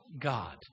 God